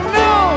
no